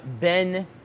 Ben